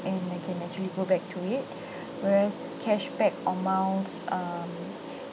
and I can actually go back to it whereas cashback or miles um